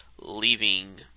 leaving